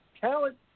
Talent